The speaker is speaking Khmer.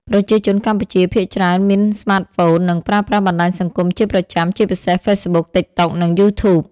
ប្រជាជនកម្ពុជាភាគច្រើនមានស្មាតហ្វូន និងប្រើប្រាស់បណ្ដាញសង្គមជាប្រចាំ ជាពិសេស ហ្វេកប៊ុក តិកតុក និងយូធូប។